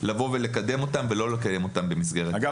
לבוא לקדם אותם ולא לקיים אותם במסגרת --- אגב,